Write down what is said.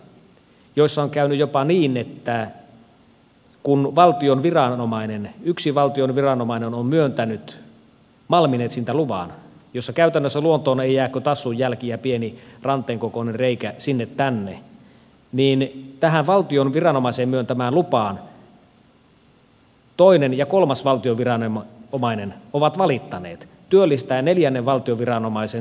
niissä on käynyt jopa niin että kun yksi valtion viranomainen on myöntänyt malminetsintäluvan jossa käytännössä luontoon ei jää kuin tassun jälki ja pieni ranteen kokoinen reikä sinne tänne niin tästä valtion viranomaisen myöntämästä luvasta toinen ja kolmas valtion viranomainen ovat valittaneet työllistäen neljännen valtion viranomaisen eli oikeuslaitoksen